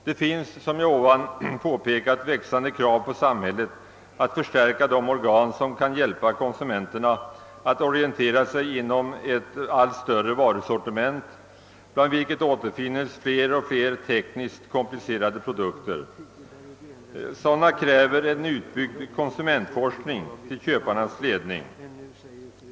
Det finns, som jag nyss påpekat, växande krav på samhället att förstärka de organ som kan hjälpa konsumenterna att orientera sig inom ett allt större varusortiment bland vilket återfinns allt fler tekniskt komplicerade produkter. Sådana kräver en utbyggd konsumentforskning till köparnas ledning.